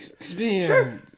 Sure